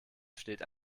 steht